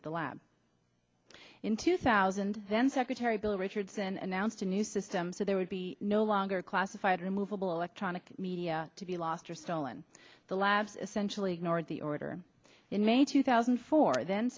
at the lab in two thousand then secretary bill richardson announced a new system so there would be no longer classified removable electronic media to be lost or stolen the labs essentially ignored the order in may two thousand and four then